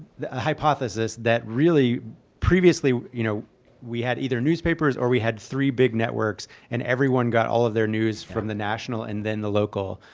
the hypothesis that really previously you know we had either newspapers or we had three big networks. and everyone got all of their news from the national and then the local,